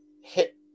hit